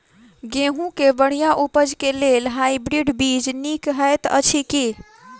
गेंहूँ केँ बढ़िया उपज केँ लेल हाइब्रिड बीज नीक हएत अछि की?